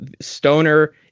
stoner